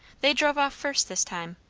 they drove off first this time.